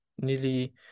nearly